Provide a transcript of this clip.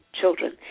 children